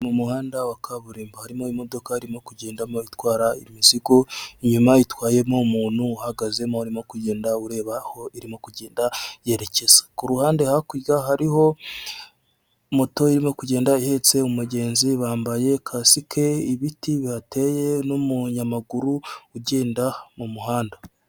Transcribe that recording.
Mu muhanda wa kaburimbo harimo imodoka irimo kugendamo itwara imizigo inyuma itwayemo umuntu uhagazemo arimo kugenda areba aho irimo kugenda yerekeza. Kuruhande hakurya hariho moto irimo kugenda ihetse umugenzi bambaye kasike, ibiti bihateye n'umunyamaguru ugenda mu muhanda.